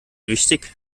wichtig